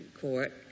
court